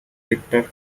victor